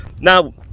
now